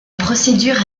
procédure